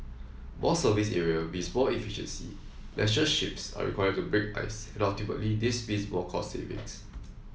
more surface area means more efficiency lesser ships are required to break ice and ultimately this means more cost savings